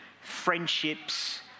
friendships